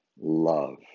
love